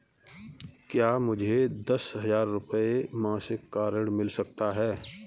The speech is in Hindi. क्या मुझे दस हजार रुपये मासिक का ऋण मिल सकता है?